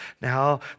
Now